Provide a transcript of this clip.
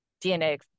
DNA